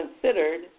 considered